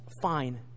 fine